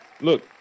Look